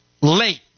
late